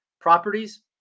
properties